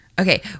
Okay